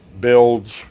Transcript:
builds